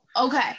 Okay